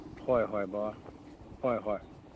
ꯍꯣꯏ ꯍꯣꯏ ꯕꯕꯥ ꯍꯣꯏ ꯍꯣꯏ